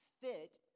fit